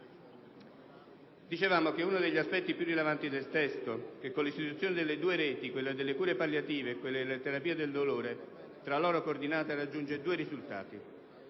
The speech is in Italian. Dicevamo che uno degli aspetti più rilevanti del testo è che con l'istituzione delle due reti, quella delle cure palliative e quella della terapia del dolore, tra loro coordinate, si raggiungono due risultati: